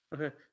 Okay